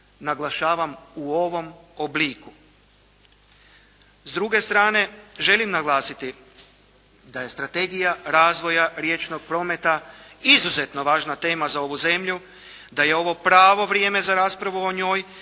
Naglašavam, u ovom obliku. S druge strane, želim naglasiti da je strategija razvoja riječnog prometa izuzetno važna tema za ovu zemlju, da je ovo pravo vrijeme za raspravu o njoj,